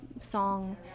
song